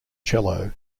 cello